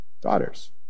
daughters